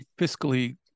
fiscally